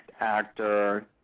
actor